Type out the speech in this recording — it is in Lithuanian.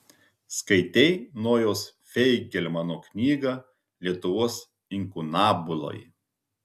skaitei nojaus feigelmano knygą lietuvos inkunabulai